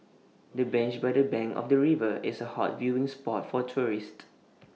the bench by the bank of the river is A hot viewing spot for tourists